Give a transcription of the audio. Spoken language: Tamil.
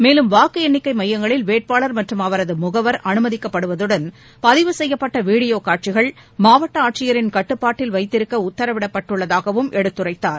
மேலும் வாக்கு எண்ணிக்கை மையங்களில் வேட்பாளர் மற்றும் அவரது முகவர் அனுமதிக்கப்படுவதுடன் பதிவு செய்யப்பட்ட வீடியோ காட்சிகள் மாவட்ட ஆட்சியரின் கட்டுப்பாட்டில் வைத்திருக்க உத்தரவிடப்பட்டுள்ளதாகவும் எடுத்துரைத்தார்